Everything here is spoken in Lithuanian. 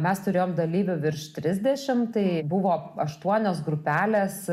mes turėjom dalyvių virš trisdešimt tai buvo aštuonios grupelės